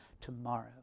tomorrow